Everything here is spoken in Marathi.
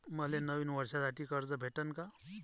मले नवीन वर्षासाठी कर्ज भेटन का?